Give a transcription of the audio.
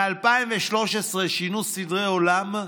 מ-2013 שינו סדר עולם,